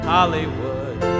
Hollywood